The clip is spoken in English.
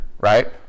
right